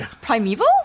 Primeval